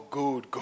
good